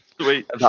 sweet